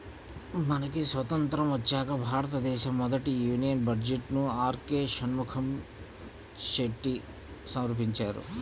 మనకి స్వతంత్రం వచ్చాక భారతదేశ మొదటి యూనియన్ బడ్జెట్ను ఆర్కె షణ్ముఖం చెట్టి సమర్పించారు